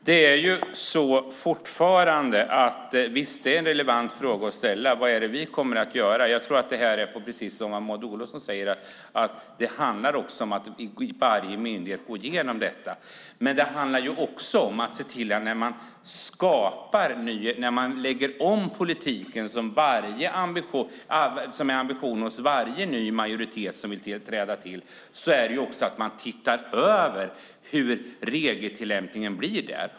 Herr talman! Visst är det en relevant fråga att ställa vad vi kommer att göra. Det är precis som Maud Olofsson säger. Det handlar om att gå igenom detta i varje myndighet. Men det handlar också om att man när man lägger om politiken, som är ambitionen hos varje ny majoritet som vill träda till, ser över hur regeltillämpningen blir.